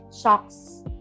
shocks